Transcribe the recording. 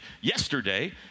yesterday